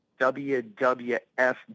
WWF